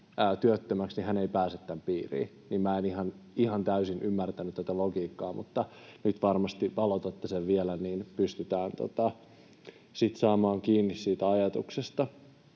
työttömäksi, niin hän ei pääse tämän piiriin. Eli minä en ihan täysin ymmärtänyt tätä logiikkaa, mutta nyt varmasti valotatte sitä vielä, niin pystytään sitten saamaan kiinni siitä ajatuksesta.